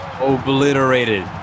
Obliterated